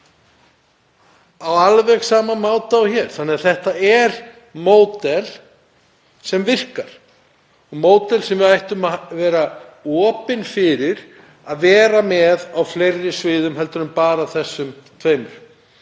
á alveg sama máta og hér. Þetta er módel sem virkar og módel sem við ættum að vera opin fyrir að vera með á fleiri sviðum en bara þessum tveimur.